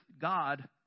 God